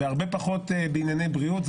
והרבה פחות בענייני בריאות.